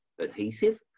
adhesive